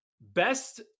Best